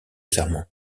serment